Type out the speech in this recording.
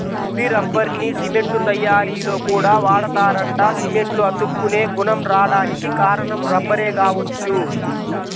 ముడి రబ్బర్ని సిమెంట్ తయ్యారీలో కూడా వాడతారంట, సిమెంట్లో అతుక్కునే గుణం రాడానికి కారణం రబ్బరే గావచ్చు